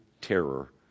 terror